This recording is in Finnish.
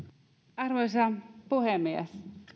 arvoisa puhemies